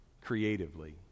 creatively